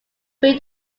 bring